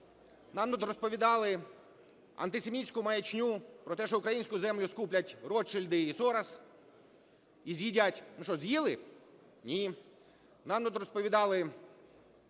Нам тут розповідали антисемітську маячню про те, що українську землю скуплять Ротшильди і Сорос, і з'їдять. Ну що, з'їли? Ні. Нам тут розповідали,